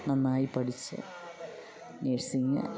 നന്നായി പഠിച്ച് നേഴ്സിംങ്